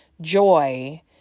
joy